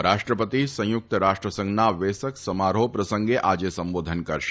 ઉપરાષ્ટ્રપતિ સંયુક્ત રાષ્ટ્રસંઘના વેસક સમારોહ પ્રસંગે આજે સંબોધન કરશે